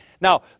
Now